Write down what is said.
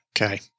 Okay